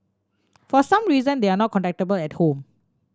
for some reason they are not contactable at home